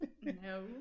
No